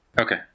okay